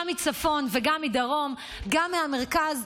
גם מצפון וגם מדרום וגם מהמרכז.